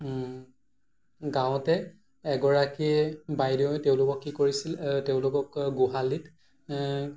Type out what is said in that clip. গাঁৱতে এগৰাকী বাইদেৱে তেওঁলোকক কি কৰিছিলে তেওঁলোকক গোহালিত